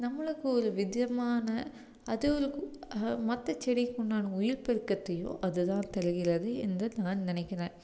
நம்மளுக்கு ஒரு விதமான அதுவோளுக்கு மற்றசெடிக்குண்டான உயிர் பெருக்கத்தையும் அதுதான் தருகிறது என்று நான் நினக்கிறேன்